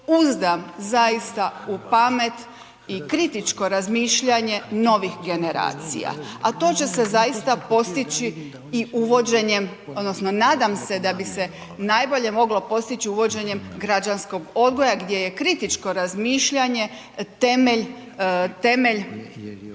uzdam zaista u pamet i kritičko razmišljanje novih generacija a to će se zaista postići i uvođenjem, odnosno nadam se da bi se najbolje moglo postići uvođenjem građanskog odgoja gdje je kritičko razmišljanje temelj,